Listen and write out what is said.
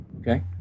Okay